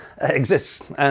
exists